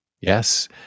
Yes